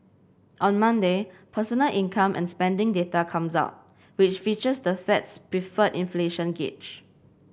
on Monday personal income and spending data comes out which features the Fed's preferred inflation gauge